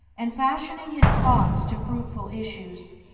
and fashioning his thoughts to fruitful issues.